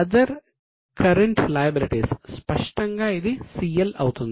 other current liabilities స్పష్టంగా ఇది CL అవుతుంది